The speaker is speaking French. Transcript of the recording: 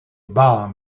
bas